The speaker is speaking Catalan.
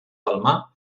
palmar